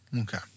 Okay